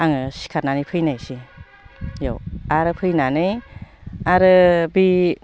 आङो सिखारनानै फैनायसै बेयाव आरो फैनानै आरो बे